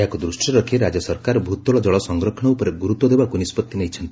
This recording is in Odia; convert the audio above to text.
ଏହାକୁ ଦୂଷିରେ ରଖି ରାଜ୍ୟ ସରକାର ଭୂତଳ ଜଳ ସଂରକ୍ଷଣ ଉପରେ ଗୁରୁତ୍ୱ ଦେବାକୁ ନିଷ୍ବତ୍ତି ନେଇଛନ୍ତି